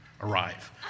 arrive